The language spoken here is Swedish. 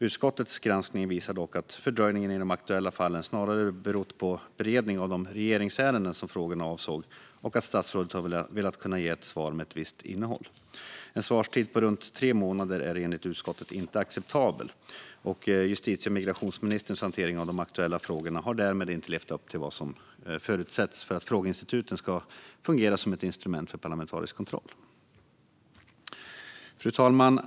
Utskottets granskning visar dock att fördröjningen i de aktuella fallen snarare berott på beredning av de regeringsärenden som frågorna avsåg och att statsrådet har velat kunna ge ett svar med ett visst innehåll. En svarstid på runt tre månader är enligt utskottet inte acceptabel. Justitie och migrationsministerns hantering av de aktuella frågorna har därmed inte levt upp till vad som förutsätts för att frågeinstituten ska fungera som ett instrument för parlamentarisk kontroll. Fru talman!